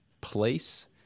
place